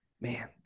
man